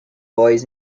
boys